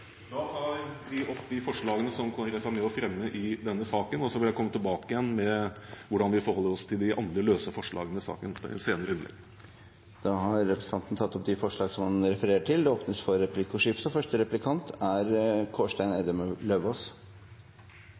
Da tar jeg opp de forslagene som Kristelig Folkeparti er med på å fremme i denne saken, og så vil jeg komme tilbake igjen med hvordan vi forholder oss til de andre løse forslagene i saken i et senere innlegg. Representanten Geir Jørgen Bekkevold har tatt opp de forslagene han refererte til. Det blir replikkordskifte.